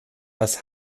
das